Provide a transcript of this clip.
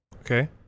Okay